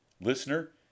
Listener